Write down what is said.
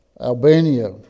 Albania